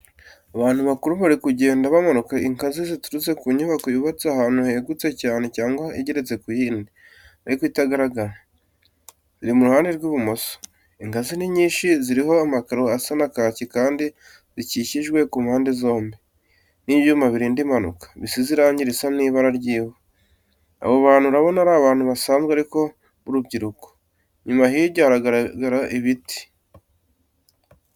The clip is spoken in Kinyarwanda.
Abantu bakuru barimo kugenda bamanuka ingazi ziturutse ku nyubako yubatse ahantu hegutse cyane cyangwa igeretse ku yindi, ariko itagaragara. Ziri mu ruhande rw'ibumoso. Ingazi ni nyinshi, ziriho amakaro asa na kaki kandi zikikijwe ku mpande zombi,m n'ibyuma birinda impanuka, bisize irangi risa n'ibara ry'ivu. Abo bantu urabona ari abantu basanzwe ariko b'urubyiruko. Inyuma hirya haragaragara ibiti.